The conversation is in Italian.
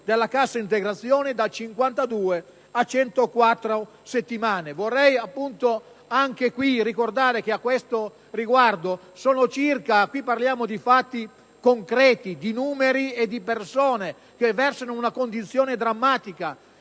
della cassa integrazione da 52 a 104 settimane. Vorrei ricordare, anche a questo riguardo, che parliamo di fatti concreti, di numeri e di persone che versano in una condizione drammatica.